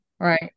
Right